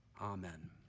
amen